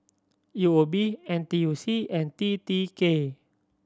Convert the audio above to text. U O B N T U C and T T K